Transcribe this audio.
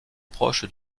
proches